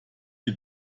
die